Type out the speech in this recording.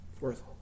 Worth